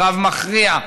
קרב מכריע,